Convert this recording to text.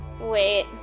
Wait